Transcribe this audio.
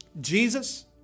Jesus